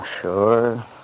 sure